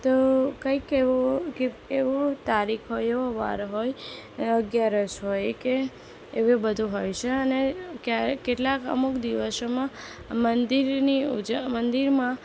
તો કંઈક એવો કંઈક એવો તારીખ હોય એવો વાર હોય અગિયારશ હોય કે એવું બધું હોય છે અને ક્યારેક કેટલાક અમુક દિવસોમાં મંદિરની ઉજવણી મંદિરમાં